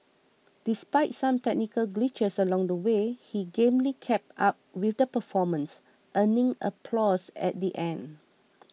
despite some technical glitches along the way he gamely kept up with the performance earning applause at the end